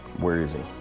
where is he?